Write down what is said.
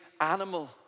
animal